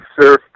surf